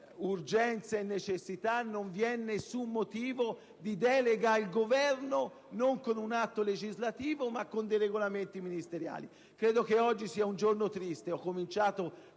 urgenza e necessità, non vi è alcun motivo di delega al Governo a provvedere non con un atto legislativo, ma con regolamenti ministeriali. Credo che oggi sia un giorno triste: ho cominciato